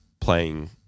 playing